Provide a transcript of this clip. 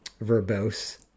verbose